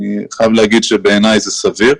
אני חייב להגיד שבעיניי זה סביר.